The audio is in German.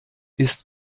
ist